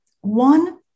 one